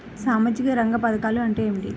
సామాజిక రంగ పధకాలు అంటే ఏమిటీ?